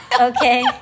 okay